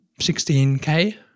16K